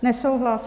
Nesouhlas.